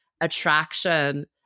attraction